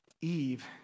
Eve